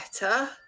better